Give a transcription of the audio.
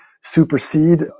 supersede